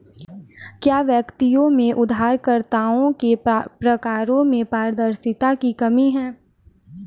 क्या व्यक्तियों में उधारकर्ताओं के प्रकारों में पारदर्शिता की कमी है?